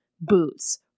boots